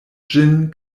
ĝin